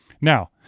Now